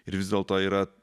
ir vis dėlto yra